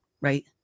right